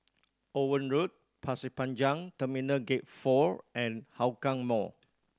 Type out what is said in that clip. Owen Road Pasir Panjang Terminal Gate Four and Hougang Mall